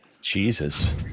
Jesus